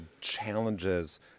challenges